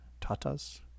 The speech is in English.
Tatas